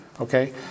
okay